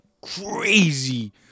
crazy